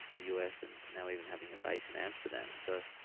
the us, and now even having a base in amsterdam, so,